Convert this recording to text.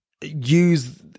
use